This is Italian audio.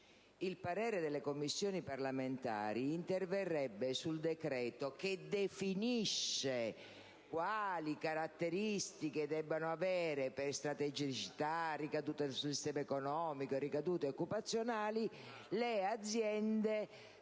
Il parere delle Commissioni parlamentari interverrebbe sul decreto che definisce quali caratteristiche debbano avere per strategicità, per ricadute sul sistema economico e occupazionali, le aziende